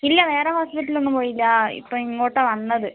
ഇല്ല വേറെ ഹോസ്പിറ്റൽ ഒന്നും പോയില്ല ഇപ്പോൾ ഇങ്ങോട്ടാ വന്നത്